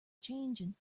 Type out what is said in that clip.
changing